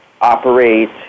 operate